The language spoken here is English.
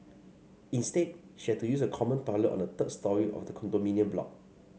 instead she had to use a common toilet on the third storey of the condominium block